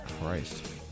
Christ